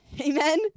Amen